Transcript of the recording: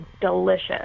delicious